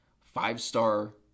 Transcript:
five-star